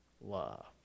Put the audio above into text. love